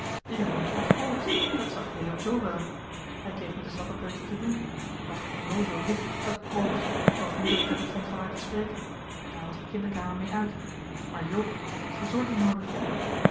de jongen had koorts dat zag leo z wel hij kreeg met den zwakken peuter te doen wat een onnoozel wicht dat krookje zooals moeder prettig vond van haar te spreken daar was de kinderkamer mee uit maar joop had wat verzorging noodig